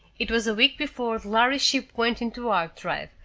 it was a week before the lhari ship went into warp-drive,